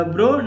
Bro